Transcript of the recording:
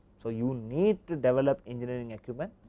so, you need to develop engineering equipment,